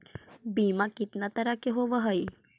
बीमा कितना तरह के होव हइ?